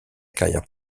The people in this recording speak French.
carrière